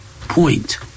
point